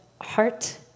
heart